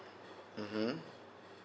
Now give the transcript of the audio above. mmhmm